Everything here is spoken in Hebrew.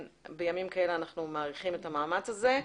בימים כאלה אנחנו מעריכים את המאמץ הזה.